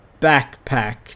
Backpack